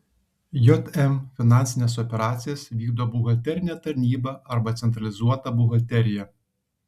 jm finansines operacijas vykdo buhalterinė tarnyba arba centralizuota buhalterija